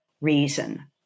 reason